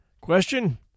Question